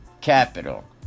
capital